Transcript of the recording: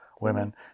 women